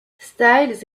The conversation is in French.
styles